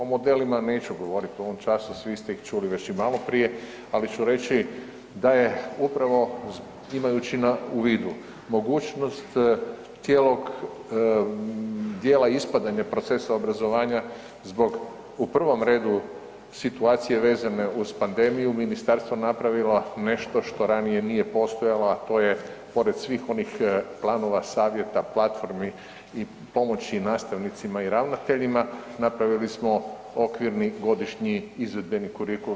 O modelima neću govorit u ovom času, svi ste ih čuli već i maloprije, ali ću reći da je upravo imajući u vidu mogućnost cijelog dijela ispadanja procesa obrazovanja zbog u prvom redu situacije vezane uz pandemiju ministarstva napravila nešto što ranije nije postojala, a to je pored svih onih planova, savjeta, platformi i pomoći nastavnicima i ravnateljima napravili smo okvirni godišnji izvedbeni kurikul.